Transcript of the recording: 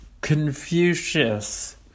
Confucius